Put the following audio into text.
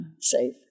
safe